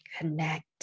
Connect